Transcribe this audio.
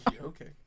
Okay